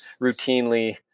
routinely